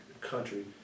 country